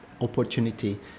opportunity